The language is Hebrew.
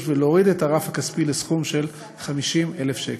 ולהוריד את הרף הכספי לסכום של 50,000 שקל.